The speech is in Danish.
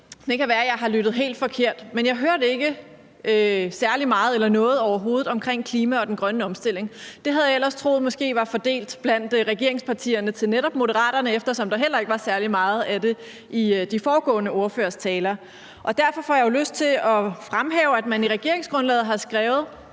det kan være, jeg har hørt helt forkert, men jeg hørte ikke særlig meget eller noget overhovedet omkring klimaet og den grønne omstilling. Det havde jeg måske ellers troet var fordelt blandt regeringspartierne til netop Moderaterne, eftersom der heller ikke var særlig meget af det i de foregående ordføreres taler. Derfor får jeg jo lyst til at fremhæve, at man i regeringsgrundlaget har skrevet,